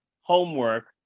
homework